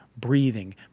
breathing